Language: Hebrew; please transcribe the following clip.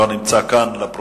שלא נמצא כאן, לפרוטוקול.